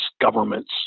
governments